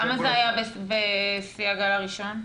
כמה זה היה בשיא הגל הראשון?